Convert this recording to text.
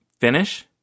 finish